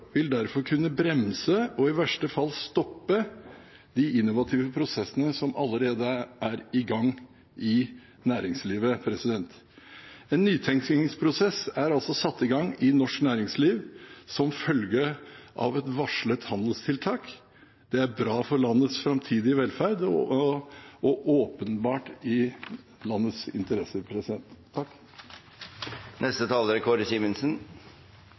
vil derfor kunne bremse og i verste fall stoppe de innovative prosessene som allerede er i gang i næringslivet. En nytenkningsprosess er altså satt i gang i norsk næringsliv som følge av et varslet handelstiltak. Det er bra for landets framtidige velferd og åpenbart i landets interesse. Jeg synes utenriksministerens innledende refleksjoner er